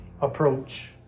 approach